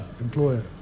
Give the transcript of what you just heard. employer